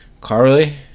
Carly